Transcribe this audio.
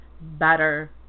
better